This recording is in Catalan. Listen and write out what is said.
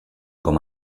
com